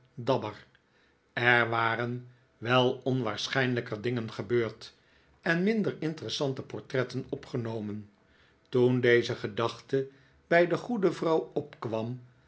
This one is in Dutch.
dabber er waren wel onwaarschijnlijker dingen gebeurd en minder interessante portretten opgenomen toen deze gedachte bij de goede vrouw opkwam